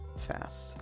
fast